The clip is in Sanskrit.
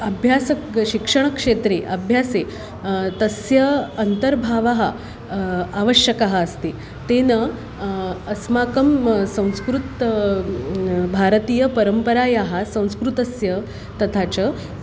अभ्यासः क् शिक्षणक्षेत्रे अभ्यासे तस्य अन्तर्भावः आवश्यकः अस्ति तेन अस्माकं संस्कृतं भारतीयपरम्परायाः संस्कृतस्य तथा च